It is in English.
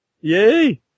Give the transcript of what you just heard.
Yay